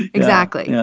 exactly. yeah